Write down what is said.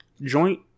joint